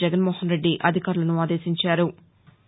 జగన్మోహన్రెడ్డి అధికారులను అదేశించారు